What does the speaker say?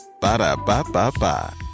Ba-da-ba-ba-ba